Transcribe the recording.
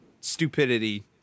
stupidity